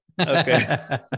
Okay